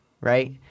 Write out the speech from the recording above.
Right